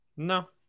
No